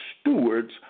stewards